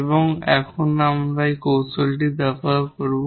এবং এখন আমরা এখানে কৌশলটি ব্যবহার করব